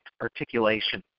articulation